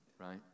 right